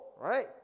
right